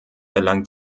erlangt